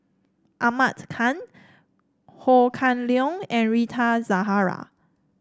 Ahmad Khan Ho Kah Leong and Rita Zahara